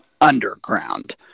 underground